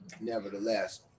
nevertheless